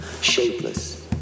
shapeless